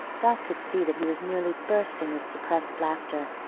dot could see that he was nearly bursting with suppressed laughter.